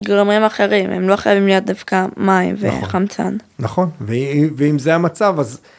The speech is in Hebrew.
גרמים אחרים הם לא חייבים להיות דווקא מים וחמצן. - נכון, נכון. ואם זה המצב אז...